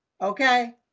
okay